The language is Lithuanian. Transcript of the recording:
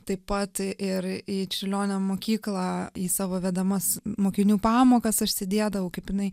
taip pat ir į čiurlionio mokyklą į savo vedamas mokinių pamokas aš sėdėdavau kaip jinai